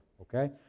Okay